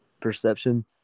perception